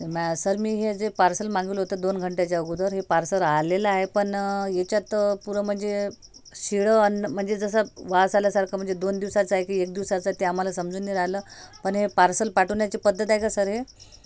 sir मी हे जे पार्सल मागवलं होतं दोन घंटेच्या अगोदर हे पार्सल आलेलं आहे पण याच्यात पुरं म्हणजे शिळं अन्न म्हणजे जसा वास आल्यासारखं म्हणजे दोन दिवसाचं आहे की एक दिवसाचं आहे ते आम्हाला समजून नाही राहिलं पण हे पार्सल पाठवण्याची पद्धत आहे का सर हे